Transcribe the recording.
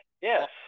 Yes